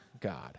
God